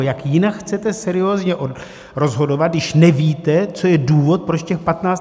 Jak jinak chcete seriózně rozhodovat, když nevíte, co je důvod, proč těch patnáct...